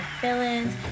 feelings